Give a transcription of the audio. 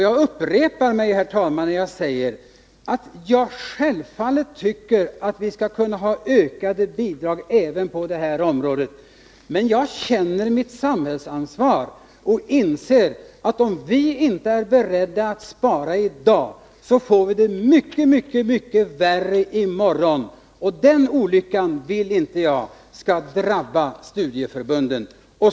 Jag upprepar, herr talman, att jag självfallet tycker att vi skall kunna ha ökade bidrag även på det området, men jag känner mitt samhällsansvar och inser att om vi inte är beredda att spara i dag, får vi det mycket mycket värre i morgon. Den olyckan vill inte jag skall drabba studieförbunden.